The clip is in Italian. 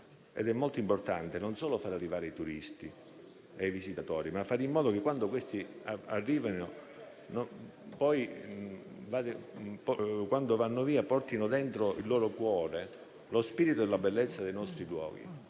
ed è molto importante non solo far arrivare i turisti e i visitatori, ma fare in modo che poi, quando vanno via, portino dentro il loro cuore lo spirito e la bellezza dei nostri luoghi,